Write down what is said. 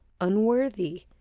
unworthy